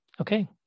okay